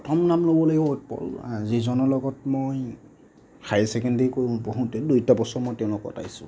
প্ৰথম নাম ল'ব লাগিব উৎপল যিজনৰ লগত মই হায়াৰ ছেকেণ্ডেৰী কৰোঁ পঢ়োতে দুইটা বছৰ মই তেওঁৰ লগত কটাইছোঁ